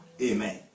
Amen